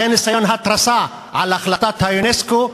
זה ניסיון התרסה על החלטת אונסק"ו,